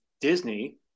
Disney